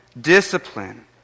discipline